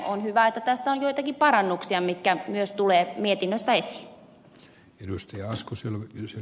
on hyvä että tässä on joitakin parannuksia mitkä myös tulevat mietinnössä esiin